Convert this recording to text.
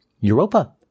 Europa